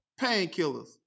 Painkillers